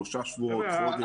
שלושה שבועות או חודש.